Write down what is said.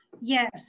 Yes